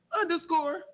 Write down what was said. underscore